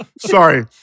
sorry